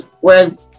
whereas